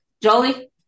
Jolie